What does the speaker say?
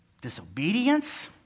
disobedience